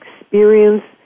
experience